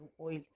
oil